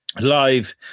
live